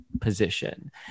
position